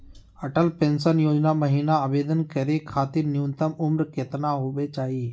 Atal pension योजना महिना आवेदन करै खातिर न्युनतम उम्र केतना होवे चाही?